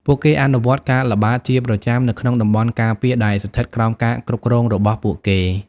ពួកគេអនុវត្តការល្បាតជាប្រចាំនៅក្នុងតំបន់ការពារដែលស្ថិតក្រោមការគ្រប់គ្រងរបស់ពួកគេ។